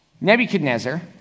Nebuchadnezzar